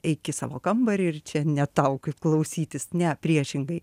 eik į savo kambarį ir čia ne tau kaip klausytis ne priešingai